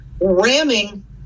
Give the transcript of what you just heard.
ramming